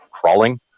crawling